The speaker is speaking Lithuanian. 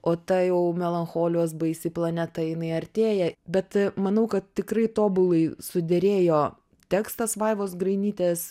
o ta jau melancholijos baisi planeta jinai artėja bet manau kad tikrai tobulai suderėjo tekstas vaivos grainytės